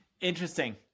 Interesting